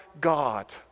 God